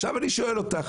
עכשיו אני שואל אותך.